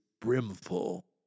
brimful